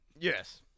Yes